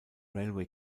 railway